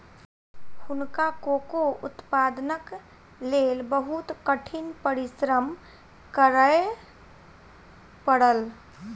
हुनका कोको उत्पादनक लेल बहुत कठिन परिश्रम करय पड़ल